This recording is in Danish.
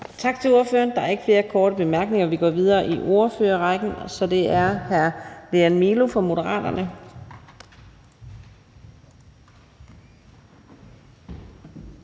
Tak til ordføreren. Der er ingen korte bemærkninger, så vi går videre i ordførerrækken til fru Karin Liltorp fra Moderaterne.